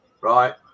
Right